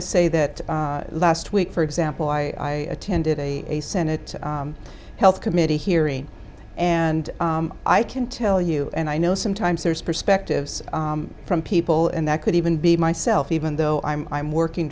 to say that last week for example i attended a a senate health committee hearing and i can tell you and i know sometimes there's perspectives from people and that could even be myself even though i'm i'm working